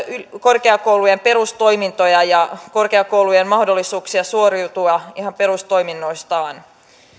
korkeakoulujen perustoimintoja ja korkeakoulujen mahdollisuuksia suoriutua ihan perustoiminnoistaan